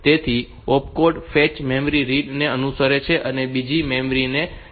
તેથી opcode fetch memory read ને અનુસરે છે અને બીજી મેમરી ને રીડ કરે છે